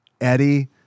Eddie